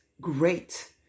great